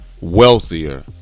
wealthier